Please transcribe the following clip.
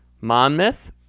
monmouth